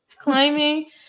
climbing